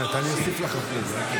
אמת, אמת, אני אוסיף לך אחרי זה.